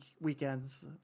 weekends